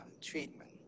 treatment